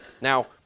Now